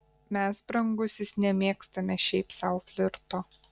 mes brangusis nemėgstame šiaip sau flirto